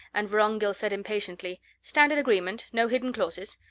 and vorongil said impatiently, standard agreement, no hidden clauses.